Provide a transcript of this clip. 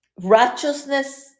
Righteousness